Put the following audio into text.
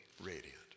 radiant